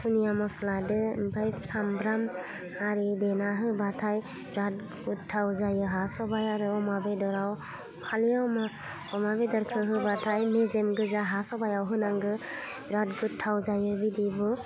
दुनिया मस्लादो ओमफाय सामब्राम आरि देना होबाथाय बिराद गोथाव जायो हा सबाइ आरो अमा बेदराव खालि अमा अमा बेदरखौ होबाथाय मेजेम गोजा हा सबायाव होनांगो बिराद गोथाव जायो बिदिबो